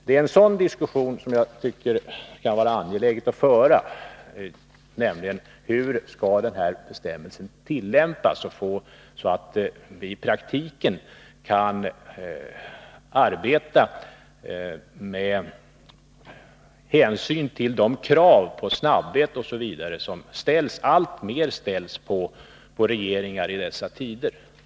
Det kan, enligt min mening, vara angeläget att föra en diskussion om hur bestämmelsen skall tillämpas. Det gäller ju att i praktiken kunna arbeta så, att de krav på bl.a. snabbhet som alltmer ställs på regeringar i dessa tider kan uppfyllas.